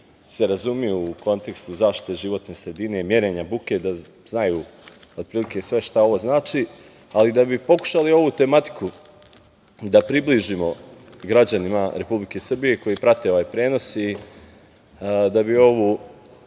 se razumeju u kontekstu zaštite životne sredine i merenja buke znaju otprilike sve šta ovo znači, ali da bi pokušali ovu tematiku da približimo građanima Republike Srbije koji prate ovaj prenos i da bi ovu